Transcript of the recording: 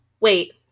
Wait